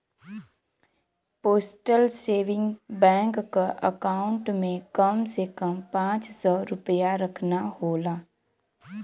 postal saving bank क account में कम से कम पांच सौ रूपया रखना होला